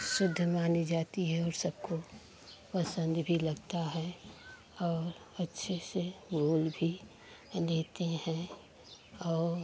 शुद्ध मानी जाती हैं और सबको पसंद भी लगता है और अच्छे से भूल भी लेते हैं और